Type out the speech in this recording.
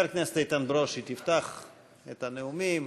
חבר הכנסת איתן ברושי יפתח את הנאומים.